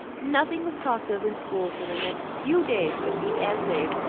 nothing was talked of in school for the next few days but the essays,